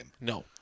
No